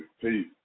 Peace